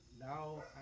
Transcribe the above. Now